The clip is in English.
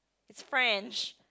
it's French